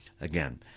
Again